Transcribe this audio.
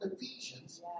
Ephesians